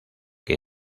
que